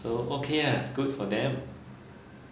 so okay ah good for them